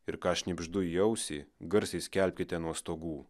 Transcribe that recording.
ir ką šnibždu į ausį garsiai skelbkite nuo stogų